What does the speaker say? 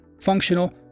functional